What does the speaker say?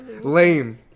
Lame